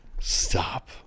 Stop